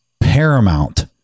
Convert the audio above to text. paramount